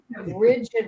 rigid